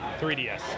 3DS